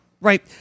right